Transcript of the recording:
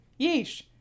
Yeesh